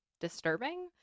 disturbing